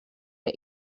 der